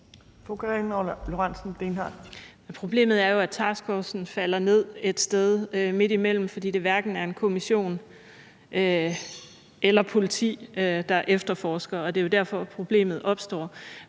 Problemet er jo, at taskforcen falder ned et sted midt imellem, fordi det hverken er en kommission eller politi, der efterforsker. Det er jo derfor, problemet opstår.